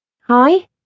Hi